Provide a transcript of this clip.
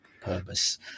purpose